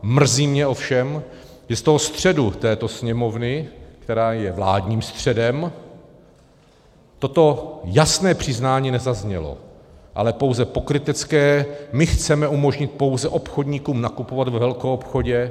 Mrzí mě ovšem, že z toho středu této Sněmovny, která je vládním středem, toto jasné přiznání nezaznělo, ale pouze pokrytecké: my chceme umožnit obchodníkům pouze nakupovat ve velkoobchodě.